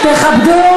תכבדו,